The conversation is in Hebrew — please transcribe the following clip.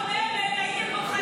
בקדנציה הקודמת הייתם כוחניים.